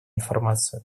информацию